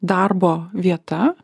darbo vieta